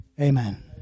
amen